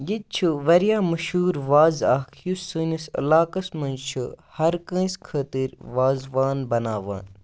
ییٚتہِ چھُ واریاہ مشہوٗر وازٕ اَکھ یُس سٲنِس علاقس منٛز چھُ ہر کٲنٛسہِ خٲطِر وازوان بناوان